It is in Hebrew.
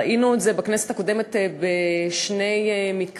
ראינו את זה בכנסת הקודמת בשני מקרים.